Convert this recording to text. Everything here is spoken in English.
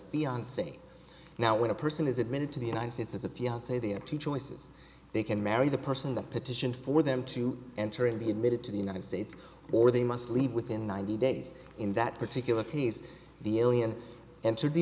fiance now when a person is admitted to the united states as a v l say the empty choices they can marry the person that petition for them to enter and be admitted to the united states or they must leave within ninety days in that particular case the alien entered the